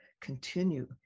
continue